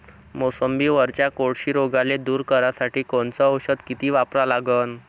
मोसंबीवरच्या कोळशी रोगाले दूर करासाठी कोनचं औषध किती वापरा लागन?